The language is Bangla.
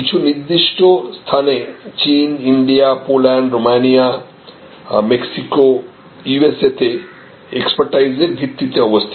কিছু নির্দিষ্ট স্থানে চীন India Poland Romania Mexico USA তে এক্সপার্টিসের ভিত্তিতে অবস্থিত